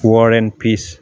war and piece